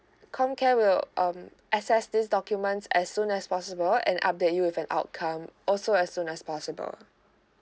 comcare will um assess these documents as soon as possible and update you with an outcome also as soon as possible